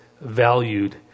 valued